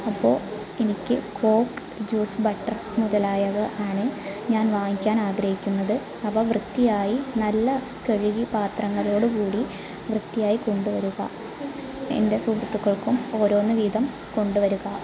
അപ്പോൾ എനിക്ക് coke juice butter മുതലായവ ആണ് ഞാൻ വാങ്ങിക്കാൻ ആഗ്രഹിക്കുന്നത് അവ വൃത്തിയായി നല്ല കഴുകി പാത്രങ്ങളോടുകൂടി വൃത്തിയായി കൊണ്ടുവരിക എൻ്റെ സുഹൃത്തുക്കൾക്കും ഓരോന്ന് വീതം കൊണ്ടുവരുക